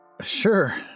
Sure